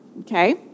okay